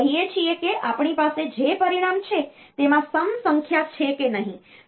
તો કહીએ છીએ કે આપણી પાસે જે પરિણામ છે તેમાં સમ સંખ્યા છે કે નહીં